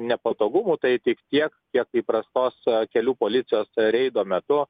nepatogumų tai tik tiek kiek įprastos kelių policijos reido metu